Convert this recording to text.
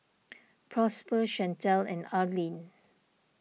Prosper Shantell and Arlyne